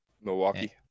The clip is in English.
Milwaukee